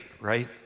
right